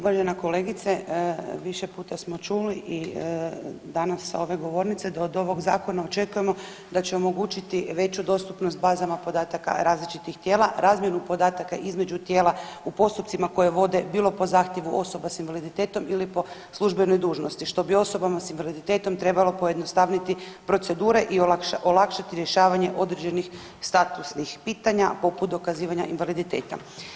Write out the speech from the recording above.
Uvažena kolegice više puta smo čuli i danas s ove govornice da od ovog zakona očekujemo da će omogućiti veću dostupnost bazama podataka različitih tijela, razmjenu podataka između tijela u postupcima koje vode bilo po zahtjevu osoba s invaliditetom ili po službenoj dužnosti što bi osobama s invaliditetom trebalo pojednostavniti procedure i olakšati rješavanje određenih statusnih pitanja poput dokazivanja invaliditeta.